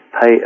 pay